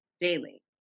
daily